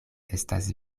estas